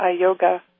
yoga